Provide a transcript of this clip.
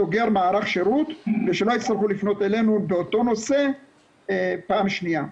סוגר מערך שירות ושלא יצטרכו לפנות אלינו באותו נושא פעם שניה.